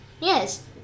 Yes